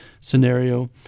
scenario